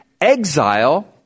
Exile